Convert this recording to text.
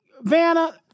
Vanna